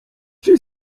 czy